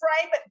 frame